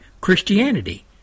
Christianity